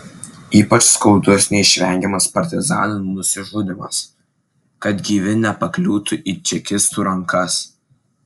ypač skaudus neišvengiamas partizanų nusižudymas kad gyvi nepakliūtų į čekistų rankas